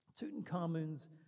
Tutankhamun's